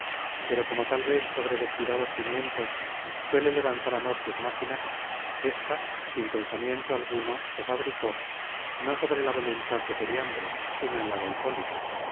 pero como tal vez sobre descuidados cimientos suele levantar amor sus máquinas ésta sin pensamiento alguno se fabricó no sobre la voluntad de periandro sino en la de hipólita